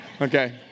okay